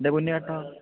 എന്റെ പൊന്നുചേട്ടാ